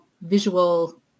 visual